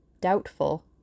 doubtful